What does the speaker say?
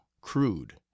crude